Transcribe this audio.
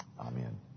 Amen